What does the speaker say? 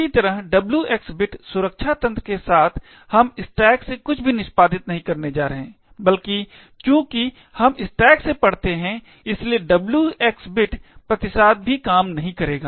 इसी तरह WX bit सुरक्षा तंत्र के साथ हम स्टैक से कुछ भी निष्पादित नहीं करने जा रहे हैं बल्कि चूंकि हम स्टैक से पढ़ते हैं इसलिए WX बिट प्रतिसाद भी काम नहीं करेगा